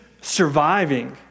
surviving